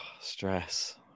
Stress